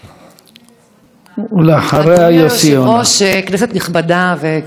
ואחריה, יוסי יונה.